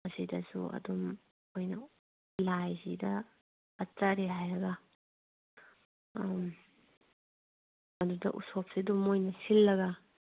ꯃꯁꯤꯗꯁꯨ ꯑꯗꯨꯝ ꯑꯩꯈꯣꯏꯅ ꯂꯥꯏꯁꯤꯗ ꯀꯠꯆꯔꯦ ꯍꯥꯏꯔꯒ ꯎꯝ ꯑꯗꯨꯗ ꯎꯁꯣꯞꯁꯨ ꯑꯗꯨꯝ ꯃꯈꯣꯏꯅ ꯁꯤꯜꯂꯒ